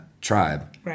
tribe